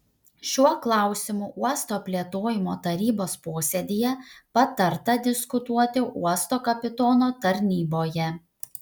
šiuo klausimu uosto plėtojimo tarybos posėdyje patarta diskutuoti uosto kapitono tarnyboje